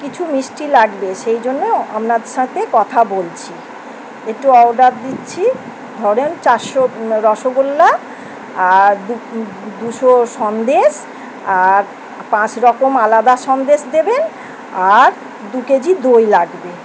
কিছু মিষ্টি লাগবে সেই জন্যই আপনার সাথে কথা বলছি একটু অর্ডার দিচ্ছি ধরুন চারশো রসগোল্লা আর দুশো সন্দেশ আর পাঁচ রকম আলাদা সন্দেশ দেবেন আর দু কেজি দই লাগবে